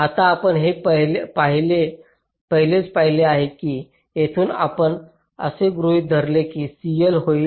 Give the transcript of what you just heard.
आता आपण हे पहिलेच पाहिले आहे की येथून आपण असे गृहित धरले की CL होईल